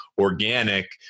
organic